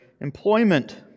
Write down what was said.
employment